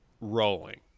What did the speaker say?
rolling